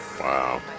Wow